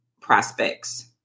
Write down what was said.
prospects